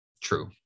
True